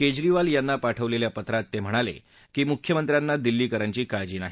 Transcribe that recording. केजरीवाल यांना पाठवलेल्या पत्रात ते म्हणाले की मुख्यमंत्र्यांना दिल्लीकरांची काळजी नाही